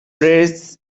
praise